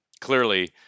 clearly